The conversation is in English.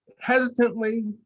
hesitantly